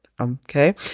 Okay